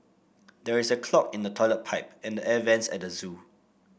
there is a clog in the toilet pipe and the air vents at the zoo